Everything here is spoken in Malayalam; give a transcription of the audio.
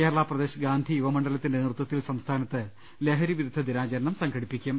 കേരള പ്രദേശ് ഗാന്ധി യുവ മണ്ഡലത്തിന്റെ നേതൃത്വത്തിൽ സംസ്ഥാനത്ത് ലഹരി വിരുദ്ധ ദിനാചരണം സംഘടിപ്പിക്കും